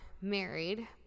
married